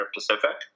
Pacific